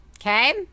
okay